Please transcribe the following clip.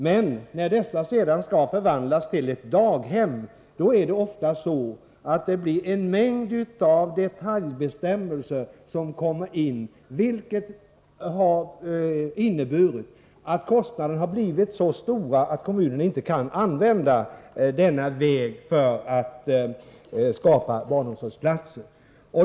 Men när dessa lägenheter sedan skall förvandlas till daghem kommer det ofta in en mängd detaljbestämmelser, vilket har inneburit att kostnaderna blivit så stora att kommunen inte kan använda denna metod att skapa barnomsorgsplatser.